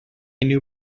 new